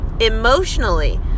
emotionally